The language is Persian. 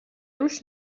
روش